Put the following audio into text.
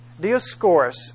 Dioscorus